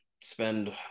Spend